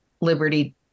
liberty